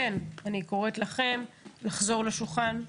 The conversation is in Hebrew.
אני כן קוראת לכם לחזור לשולחן,